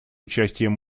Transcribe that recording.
участием